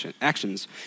actions